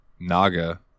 Naga